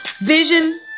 Vision